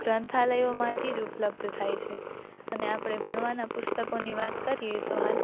ગ્રંથાલયોમાંથી જ ઉપલબ્ધ થાય છે અને આપણે ભણવાનાં પુસ્તકોની વાત કરીએ તો હાલ